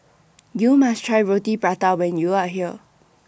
YOU must Try Roti Prata when YOU Are here